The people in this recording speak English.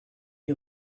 you